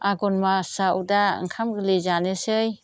आघोन मासआव दा ओंखाम गोरलै जानोसै